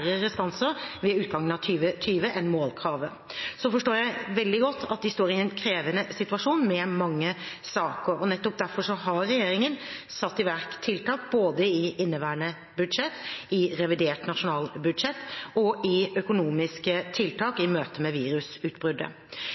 restanser ved utgangen av 2020 enn målkravet. Så forstår jeg veldig godt at de står i en krevende situasjon med mange saker. Nettopp derfor har regjeringen satt i verk tiltak både i inneværende budsjett, i revidert nasjonalbudsjett og i økonomiske tiltak i møte med virusutbruddet.